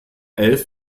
elf